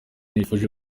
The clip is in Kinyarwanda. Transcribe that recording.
nifuje